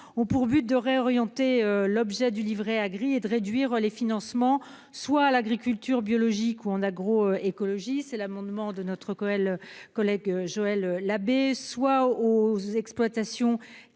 ou pour but de réorienter l'objet du Livret A gris et de réduire les financements soient à l'agriculture biologique ou en agro-écologie, c'est l'amendement de notre Cowell collègue Joël Labbé soit aux exploitations qui